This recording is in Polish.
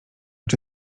czy